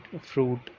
fruit